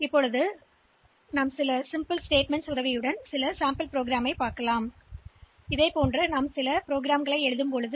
எனவே நீங்கள் அவற்றைப் பயிற்சி செய்யலாம் அல்லது 8085 இன் நிரலாக்க அம்சங்களைப் பற்றிய நம்பிக்கையைப் பெற இதுபோன்ற சில நிரல்களை எழுதலாம்